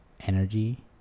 energy